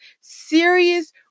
serious